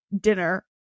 dinner